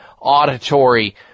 auditory